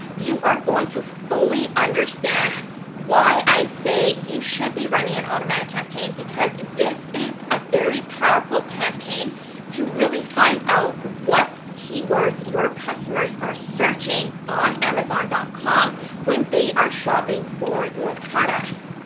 you are going to fully understand why i say you should be running an automatic campaign because this is a very powerful campaign to really find out what keywords your customers are searching on amazon dot com when they are shopping for your product.